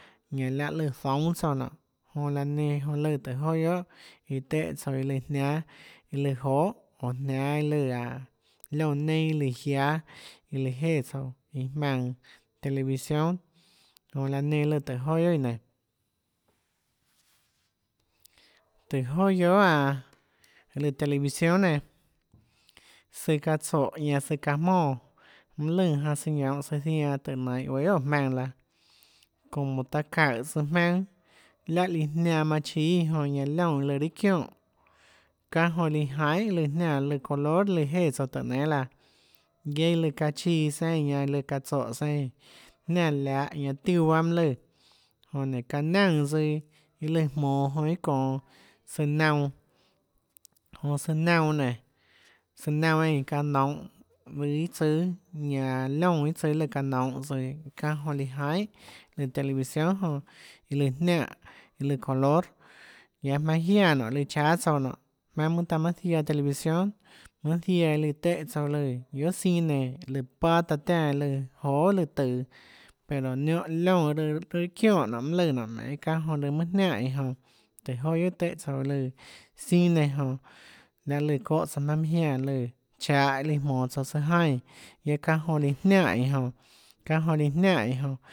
Ñanã láhã lù zoúnâ tsouã nonê jonã laã nenã lùã tùhå joà guiohà iã téhã tsouã iã lùã jniánâ iã lùã johà oå jniánâ aå iã lùã liónã neinâ ã lùã jiáâ iã lùã jéã tsouã iã jmaønã televisión jonã laã nenã lùã tùhå joà guiohà iã nenã tùhå joà guiohà aå lùã televisión nenã søã çaã tsóhå ñanã søã çaã jmónã mønâ lùnã janã søã ñounhå zianã tùhå nainhå guéâ guiohà óå jmaønã laã como taã çaùhå tsøã jmaønâ láhã líã jnianã manã chíâ iã jonã ñanã liónã iã lùã raâ çionè çánhã jonã líã jaihà lùã jniánã lùã color líã jéã tsouã tùhå nénâ laã guiaâ iã lùã çaã chiã søã eínã ñanã iã lùã çaã tsóhå søã eínã jniánã liahã ñanã tiuã mønâ lùã jonã nénå çaã naùnã tsøã lùã jmonå jonã iâ çonå søã naunã jonã søã naunã nénå søã naunã eínã çaã nounhå lùã iâ tsùâ ñanã liónã iâ tsù lùã çaã nounhå tsøã çáhã jonã líã jaihà lùã televisión jonã lùã jniaè color ñanã jmaønâ jiánã nonê líã cháâ tsouã nonê jmaønâ mønâ taã ziaã televisión mønâ ziaã iâ téhã tsouã lùã guiohà cine iã lùã paâ taã tiánã iâã lùã johà lùã tøå pero niónhã liónã iâ lùã raâ çionè nonê mønâ lùã nonê çánhã jonã lùã mønâ jnianè iã jonã tùhå joà guiohà tùhã tsouã lùã cine jonã lahê lùã çónhã tsoã jmaønâ mønâ jiánã chahå lùã jmonå tsouã tsøã jaínã çáhã jonã líã jnianè iã jonã çánhã jonã líã jnianè